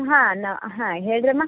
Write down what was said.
ಹಾಂ ನ ಹಾಂ ಹೇಳಿರಿ ಅಮ್ಮ